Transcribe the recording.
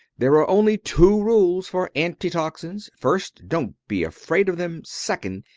there are only two rules for anti-toxins. first, dont be afraid of them second,